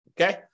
okay